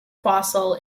fossil